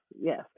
yes